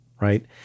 right